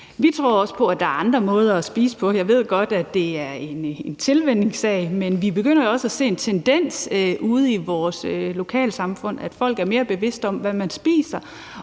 Vi tror også på, at der er andre måder at spise på. Jeg ved godt, at det er en tilvænningssag, men vi begynder jo også at se en tendens ude i vores lokalsamfund til, at folk er mere bevidste om, hvad de spiser.